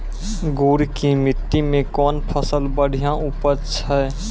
गुड़ की मिट्टी मैं कौन फसल बढ़िया उपज छ?